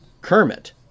Kermit